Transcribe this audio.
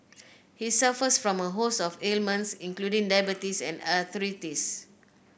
he suffers from a host of ailments including diabetes and arthritis